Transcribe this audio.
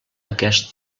aquest